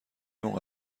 موقع